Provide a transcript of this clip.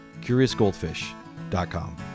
curiousgoldfish.com